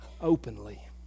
openly